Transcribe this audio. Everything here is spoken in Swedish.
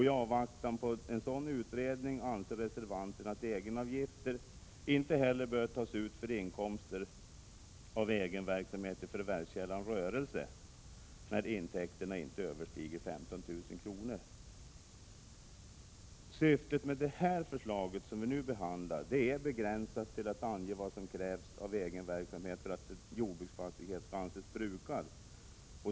I avvaktan på en sådan utredning anser reservanterna att egenavgifter inte heller bör tas ut för inkomster av egenverksamhet i förvärvskällan rörelse när intäkterna inte överstiger 15 000 kr. Syftet med det förslag som vi nu behandlar är begränsat till att det skall ange vad som krävs av egenverksamhet för att en jordbruksfastighet skall anses brukad.